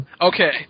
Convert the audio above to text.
Okay